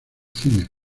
cine